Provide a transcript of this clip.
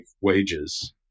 wages